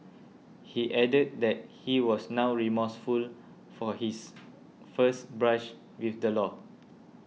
he added that he was now remorseful for his first brush with the law